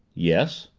yes.